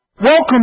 Welcome